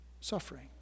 suffering